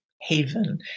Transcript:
haven